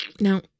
Now